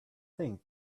think